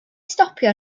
stopio